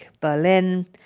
Berlin